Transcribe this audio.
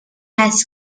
has